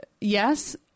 yes